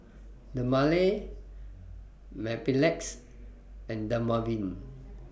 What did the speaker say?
Dermale Mepilex and Dermaveen